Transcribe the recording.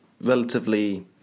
relatively